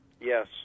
Yes